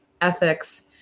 ethics